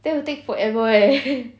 then will take forever eh